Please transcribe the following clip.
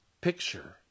picture